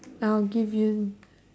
I will give you